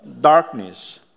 darkness